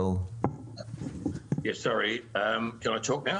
שלום אדוני, מה שלומך?